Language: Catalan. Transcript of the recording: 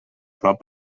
prop